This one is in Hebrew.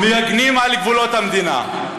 מגינים על גבולות המדינה.